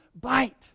bite